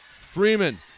Freeman